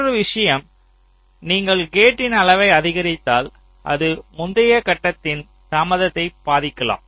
மற்றொரு விஷயம் நீங்கள் கேட்டின் அளவை அதிகரித்தால் அது முந்தைய கட்டத்தின் தாமதத்தை பாதிக்கலாம்